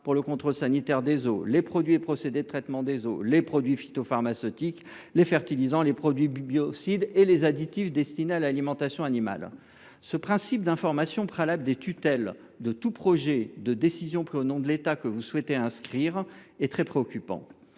pour le contrôle sanitaire des eaux, aux procédés de traitement des eaux, aux produits phytopharmaceutiques, aux fertilisants, aux produits biocides et aux additifs destinés à l’alimentation animale. Ce principe d’information préalable des tutelles de tout projet de décision pris au nom de l’État que vous souhaitez inscrire dans la loi est très préoccupant.